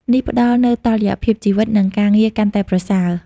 នេះផ្តល់នូវតុល្យភាពជីវិត និងការងារកាន់តែប្រសើរ។